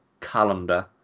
calendar